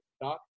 doc